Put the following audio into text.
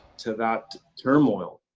to that turmoil.